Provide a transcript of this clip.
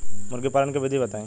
मुर्गीपालन के विधी बताई?